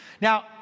Now